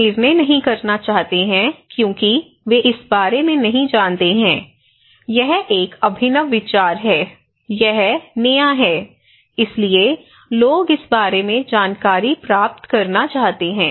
लोग निर्णय नहीं करना चाहते हैं क्योंकि वे इस बारे में नहीं जानते हैं यह एक अभिनव विचार है यह नया है इसलिए लोग इस बारे में जानकारी प्राप्त करना चाहते हैं